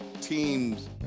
teams